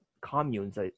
communes